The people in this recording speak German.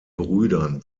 brüdern